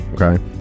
Okay